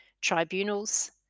tribunals